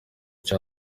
cya